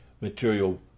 material